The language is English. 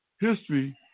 History